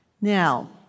Now